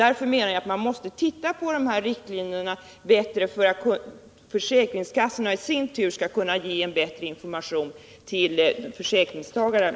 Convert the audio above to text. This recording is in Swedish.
Därför menar jag att man måste göra riktlinjerna bättre, för att försäkringskassorna i sin tur skall kunna ge en bättre information till försäkringstagarna.